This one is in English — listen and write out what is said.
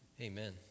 Amen